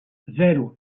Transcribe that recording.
zero